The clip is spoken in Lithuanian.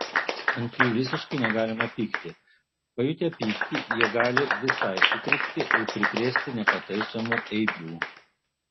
ant jų visiškai negalima pykti pajutę pyktį jie gali visai sutrikti ir prikrėsti nepataisomų eibių